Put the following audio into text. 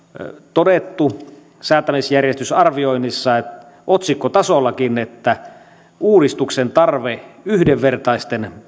todettu säätämisjärjestysarvioinnissa otsikkotasollakin uudistuksen tarve yhdenvertaisten